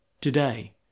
today